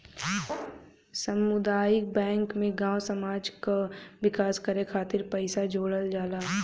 सामुदायिक बैंक में गांव समाज कअ विकास करे खातिर पईसा जोड़ल जाला